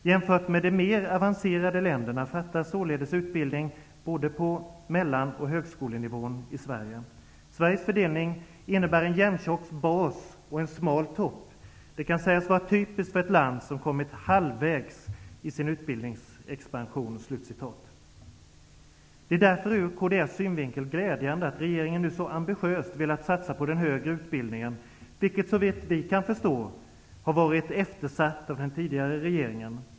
Jämfört med de mer avancerade länderna fattas således utbildning både på mellan och högskolenivån i Sverige. Sveriges fördelning innebär en jämntjock bas och en smal topp. Det kan sägas vara typiskt för ett land som kommit ''halvvägs' i sin utbildningsexpansion.'' Det är därför ur Kds synvinkel glädjande att regeringen nu så ambitiöst har velat satsa på den högre utbildningen, vilken -- såvitt vi förstår -- varit eftersatt av den tidigare regeringen.